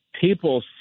people